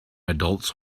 adults